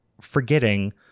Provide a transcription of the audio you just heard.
forgetting